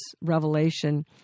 revelation